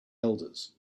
elders